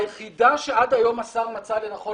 היא היחידה שעד היום השר מצא לנכון